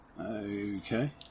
Okay